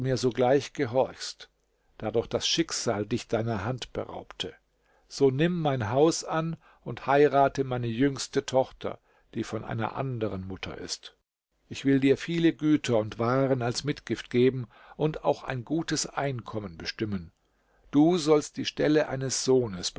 mir sogleich gehorchst da doch das schicksal dich deiner hand beraubte so nimm mein haus an und heirate meine jüngste tochter die von einer anderen mutter ist ich will dir viele güter und waren als mitgift geben und auch ein gutes einkommen bestimmen du sollst die stelle eines sohnes